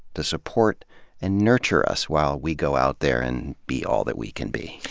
to support and nurture us while we go out there and be all that we can be.